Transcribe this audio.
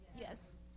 Yes